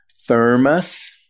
Thermos